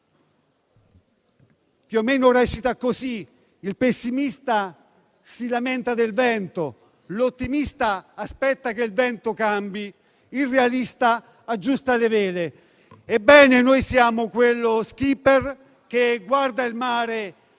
più o meno recita nel modo seguente: il pessimista si lamenta del vento. L'ottimista aspetta che il vento cambi. Il realista aggiusta le vele. Noi siamo quello *skipper* che guarda il mare